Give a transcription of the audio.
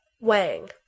Wang